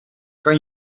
kan